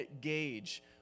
gauge